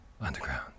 underground